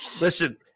Listen